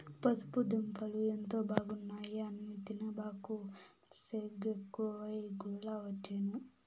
పసుపు దుంపలు ఎంతో బాగున్నాయి అని తినబాకు, సెగెక్కువై గుల్లవచ్చేను